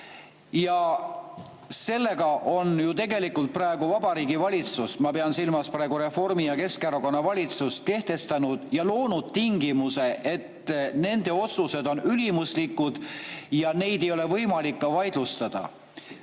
Ja sellega on ju tegelikult praegu Vabariigi Valitsus, ma pean silmas Reformierakonna ja Keskerakonna valitsust, kehtestanud ja loonud tingimuse, et nende otsused on ülimuslikud ja neid ei ole võimalik ka vaidlustada.